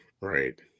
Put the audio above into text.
Right